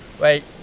Wait